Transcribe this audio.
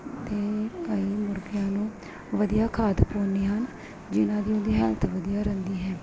ਅਤੇ ਅਸੀਂ ਮੁਰਗਿਆਂ ਨੂੰ ਵਧੀਆ ਖਾਧ ਪਾਉਂਦੇ ਹਨ ਜਿਹਨਾਂ ਦੀ ਉਹਦੀ ਹੈਲਥ ਵਧੀਆ ਰਹਿੰਦੀ ਹੈ